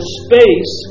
space